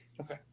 Okay